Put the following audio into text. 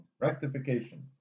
Rectification